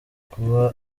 kuba